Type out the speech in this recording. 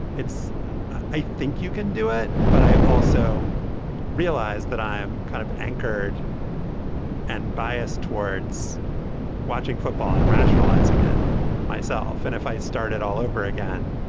it's i think you can do it. but i also realize that i'm kind of anchored and biased towards watching football and rationalizing it myself and if i start it all over again